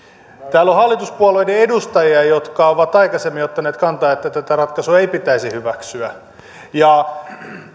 täällä on hallituspuolueiden edustajia jotka ovat aikaisemmin ottaneet kantaa että tätä ratkaisua ei pitäisi hyväksyä ja